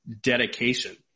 dedication